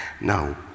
Now